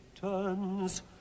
turns